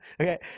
okay